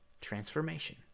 transformation